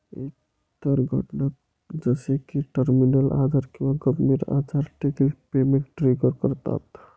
इतर घटना जसे की टर्मिनल आजार किंवा गंभीर आजार देखील पेमेंट ट्रिगर करतात